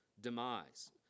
demise